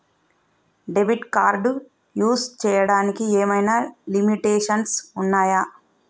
Debit card use చేయడానికి ఏమైనా limitations ఉన్నాయా?